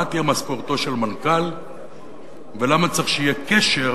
תהיה משכורתו של מנכ"ל ולמה צריך שיהיה קשר